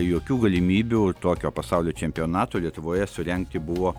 jokių galimybių tokio pasaulio čempionato lietuvoje surengti buvo